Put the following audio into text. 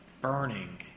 burning